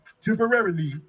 temporarily